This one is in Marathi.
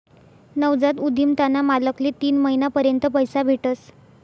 नवजात उधिमताना मालकले तीन महिना पर्यंत पैसा भेटस